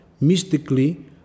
mystically